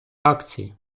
акції